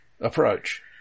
approach